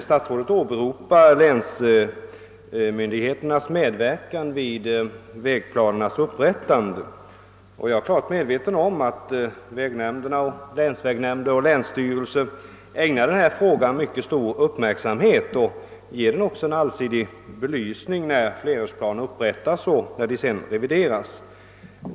Statsrådet åberopar länsmyndigheternas medverkan vid vägplanernas upprättande, och jag är klart medveten om att länsvägnämnder och länsstyrelser ägnar denna fråga mycket stor uppmärksamhet och ger den en allsidig belysning när flerårsplaner upprättas och när dessa sedan revideras.